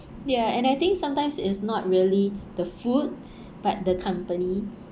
ya and I think sometimes it's not really the food but the company